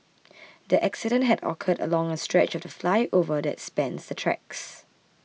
the accident had occurred along a stretch of the flyover that spans the tracks